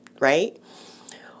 Right